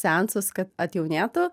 seansus kad atjaunėtų